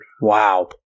Wow